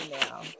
now